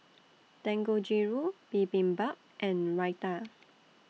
Dangojiru Bibimbap and Raita